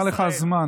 נגמר לך הזמן.